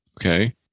okay